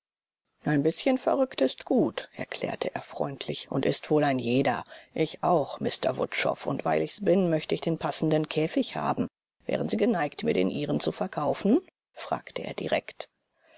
ein bißchen verrückt ist gut erklärte er freundlich und ist wohl ein jeder ich auch mr wutschow und weil ich's bin möchte ich den passenden käfig haben wären sie geneigt mir den ihren zu verkaufen fragte er direkt